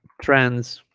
trends